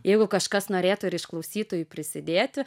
jeigu kažkas norėtų ir iš klausytojų prisidėti